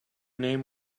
name